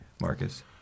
Marcus